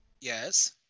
Yes